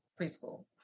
preschool